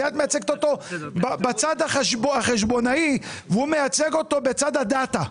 את מייצגת אותו בצד החשבונאי והוא מייצג אותו בצד הדאתה.